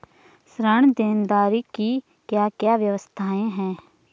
ऋण देनदारी की क्या क्या व्यवस्थाएँ हैं?